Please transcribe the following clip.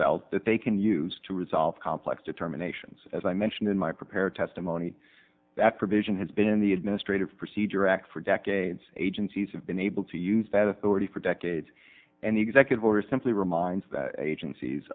belt that they can use to resolve complex determinations as i mentioned in my prepared testimony that provision has been in the administrative procedure act for decades agencies have been able to use that authority for decades and the executive order simply reminds agencies